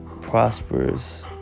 prosperous